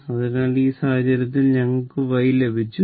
അതിനാൽ ഈ സാഹചര്യത്തിൽ ഞങ്ങൾക്ക് y ലഭിച്ചു